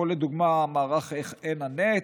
לדוגמה מערך עין הנץ,